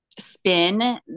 spin